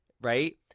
Right